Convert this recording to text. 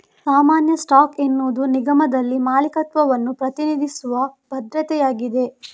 ಸಾಮಾನ್ಯ ಸ್ಟಾಕ್ ಎನ್ನುವುದು ನಿಗಮದಲ್ಲಿ ಮಾಲೀಕತ್ವವನ್ನು ಪ್ರತಿನಿಧಿಸುವ ಭದ್ರತೆಯಾಗಿದೆ